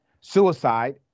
suicide